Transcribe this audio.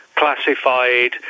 classified